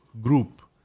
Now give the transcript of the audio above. group